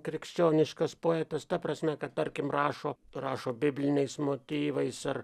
krikščioniškas poetas ta prasme kad tarkim rašo prašo bibliniais motyvais ar